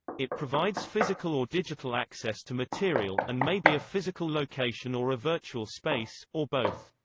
it provides physical or digital access to material, and may be a physical location or a virtual space, or both.